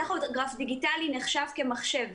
טכוגרף דיגיטלי נחשב כמחשב,